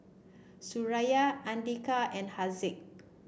Suraya Andika and Haziq